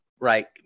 right